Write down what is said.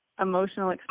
emotional